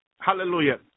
Hallelujah